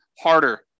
harder